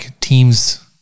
teams